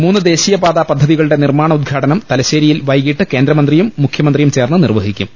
മൂന്ന് ദേശീയപാതാ പദ്ധതികളുടെ നിർമാണ ഉദ്ഘാട നം തലശ്ശേരിയിൽ വൈകിട്ട് കേന്ദ്രമന്ത്രിയും മുഖ്യമന്ത്രിയും ചേർന്ന് നിർവഹിക്കും